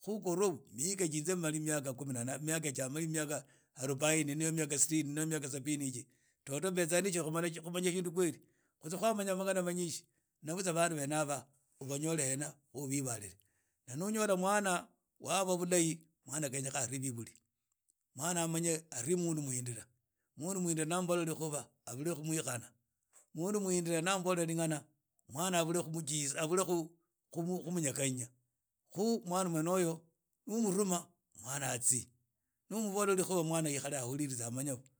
khu okhorwa inze malie miaka kumi na nane malie miaka arubaini noho miaka sitini toto mbula khumanya shindu ishi kweli manya mangana manyishi, na butsa bana bene haba obanyola ubibalire na no unyola mwana waba bulahi mwana kenyekha arhie beburi mwna amnye arhie mundu muhindira mundu nuhindira ni abiye rhikhuba ablur khu mwikhana mundu muhindira ni aboye rikhana abule khu munyekhanya khu mwna mwen oy oni omurhuma mwana atisie nu obola rhikuwa mwana ahule.